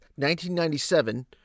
1997